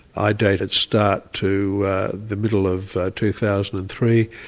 i date its start to the middle of two thousand and three,